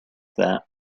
that